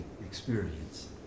experience